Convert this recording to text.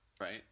right